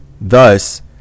thus